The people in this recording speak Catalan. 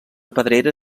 pedrera